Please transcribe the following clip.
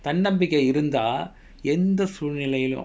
தன்னம்பிக்கை இருந்தா எந்த சூழ்நிலையிலும்:tannambikkai irundhdaa entha soozhnilaiyilum